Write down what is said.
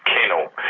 kennel